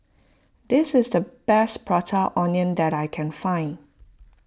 this is the best Prata Onion that I can find